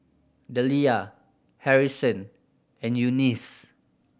Dellia Harrison and Eunice